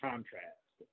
Contrast